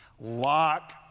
Lock